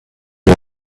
you